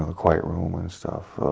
ah quiet room and stuff.